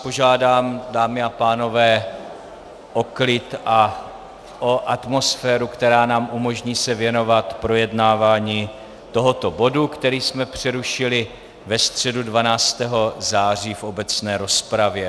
Požádám vás, dámy a pánové, o klid a o atmosféru, která nám umožní se věnovat projednávání tohoto bodu, který jsme přerušili ve středu 12. září v obecné rozpravě.